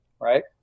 right